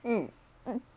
mm mm